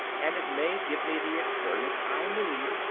and it may give me the experience i need,